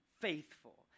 faithful